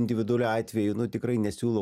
individualių atvejų nu tikrai nesiūlau